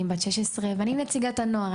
אני בת 16, ואני נציגת הנוער.